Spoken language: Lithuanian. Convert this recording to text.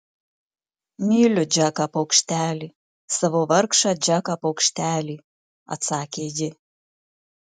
myliu džeką paukštelį savo vargšą džeką paukštelį atsakė ji